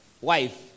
wife